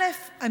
א.